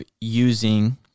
using